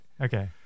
Okay